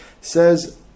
says